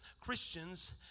Christians